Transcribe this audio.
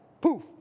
Poof